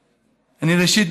ראשית,